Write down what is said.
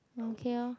oh okay lor